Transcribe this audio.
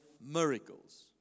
miracles